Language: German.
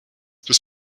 bis